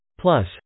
Plus